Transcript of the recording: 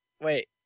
wait